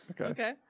Okay